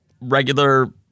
regular